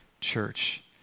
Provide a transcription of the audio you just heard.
church